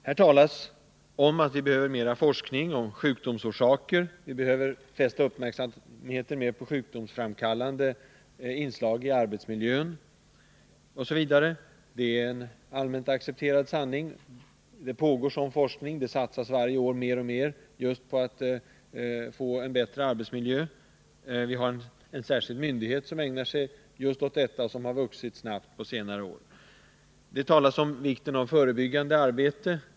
Här talas om att vi behöver mer forskning kring sjukdomsorsaker, att vi behöver fästa uppmärksamheten mer på sjukdomsframkallande inslag i arbetsmiljön osv. Det är en allmänt accepterad sanning. Det pågår sådan forskning. Det satsas varje år mer och mer på att åstadkomma en bättre arbetsmiljö. Vi har en särskild myndighet som ägnar sig just åt detta och som har vuxit snabbt på senare år. Det talas om vikten av förebyggande arbete.